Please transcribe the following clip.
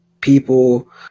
people